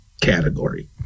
category